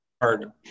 hard